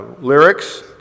lyrics